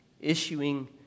issuing